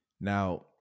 Now